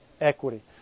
equity